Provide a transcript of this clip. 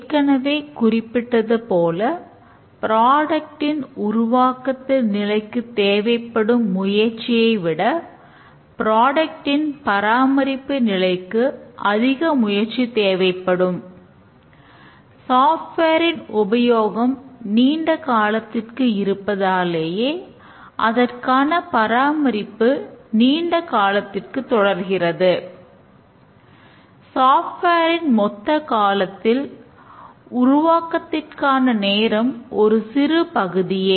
ஏற்கனவே குறிப்பிட்டது போல புரோடக்ட் ன் மொத்த காலத்தில் உருவாக்கத்திற்கான நேரம் ஒரு சிறு பகுதியே